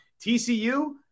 TCU